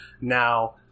now